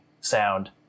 sound